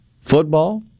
football